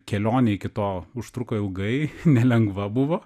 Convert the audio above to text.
kelionė iki to užtruko ilgai nelengva buvo